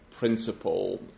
principle